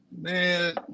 man